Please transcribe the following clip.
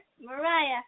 Mariah